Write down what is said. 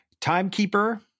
Timekeeper